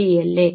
ശരിയല്ലേ